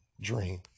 dream